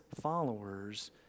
followers